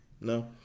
No